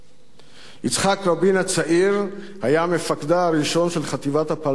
יצחק רבין הצעיר היה מפקדה הראשון של חטיבת הפלמ"ח "הראל",